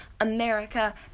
America